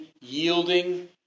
yielding